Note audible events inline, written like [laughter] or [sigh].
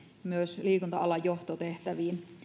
myös liikunta alan johtotehtäviin [unintelligible]